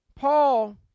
Paul